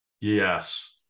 Yes